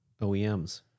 OEMs